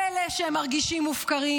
פלא שהם מרגישים מופקרים?